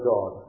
God